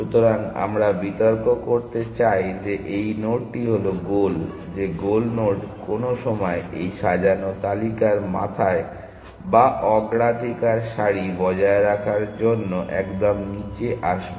সুতরাং আমরা বিতর্ক করতে চাই যে এই নোডটি হল গোল যে গোল নোড কোন সময়ে এই সাজানো তালিকার মাথায় বা অগ্রাধিকার সারি বজায় রাখার জন্য একদম নিচে আসবে